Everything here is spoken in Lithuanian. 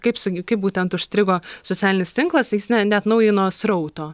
kaip su kaip būtent užstrigo socialinis tinklas jis ne neatnaujino srauto